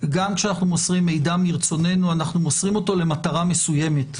גם כשאנחנו מוסרים מידע מרצוננו אנחנו מוסרים אותו למטרה מסוימת,